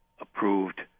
approved